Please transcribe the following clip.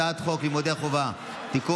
הצעת חוק לימוד חובה (תיקון,